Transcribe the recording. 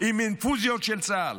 עם אינפוזיות של צה"ל